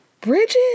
Bridget